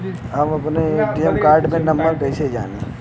हम अपने ATM card के नंबर कइसे जानी?